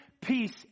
peace